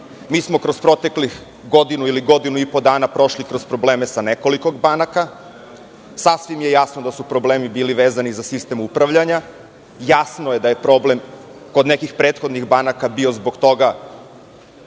sistemu. Kroz proteklih godinu ili godinu i po smo prošli kroz probleme sa nekoliko banaka. Sasvim je jasno da su problemi bili vezani za sistem upravljanja. Jasno je da je problem kod nekih prethodnih banaka bio zbog toga